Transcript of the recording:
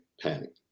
panic